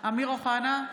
אמיר אוחנה,